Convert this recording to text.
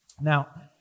Now